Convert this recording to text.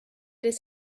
his